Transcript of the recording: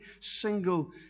single